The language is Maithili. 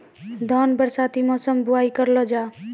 धान बरसाती मौसम बुवाई करलो जा?